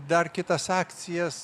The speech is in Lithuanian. dar kitas akcijas